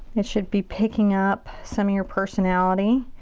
it should be picking up some of your personality.